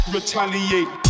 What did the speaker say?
Retaliate